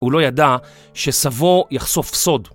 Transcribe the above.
הוא לא ידע שסבו יחשוף סוד.